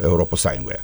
europos sąjungoje